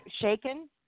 shaken